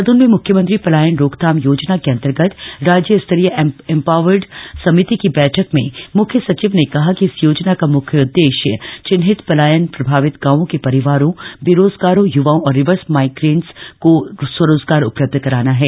देहरादून में मुख्यमंत्री पलायन रोकथाम योजना के अंतर्गत राज्य स्तरीय एम्पावर्ड समिति की बैठक में मुख्य सचिव ने कहा कि इस योजना का मुख्य उददेश्य चिन्हित पलायन प्रभावित गांवों के परिवारों बेरोजगार युवाओं और रिवर्स माईग्रेन्टस को स्वरोजगार उपलब्ध कराना है